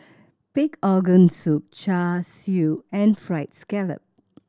pig organ soup Char Siu and Fried Scallop